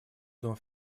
дом